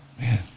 Man